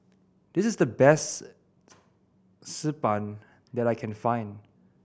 this is the best Xi Ban that I can find